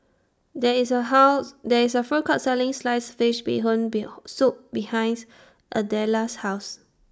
There IS A House There IS A Food Court Selling Sliced Fish Bee Hoon Bee Hoon Soup behind's Adela's House